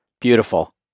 beautiful